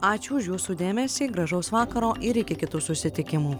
ačiū už jūsų dėmesį gražaus vakaro ir iki kitų susitikimų